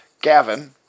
Gavin